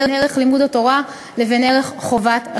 ערך לימוד התורה לבין ערך חובת השירות.